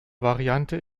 variante